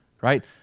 right